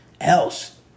else